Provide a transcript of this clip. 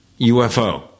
UFO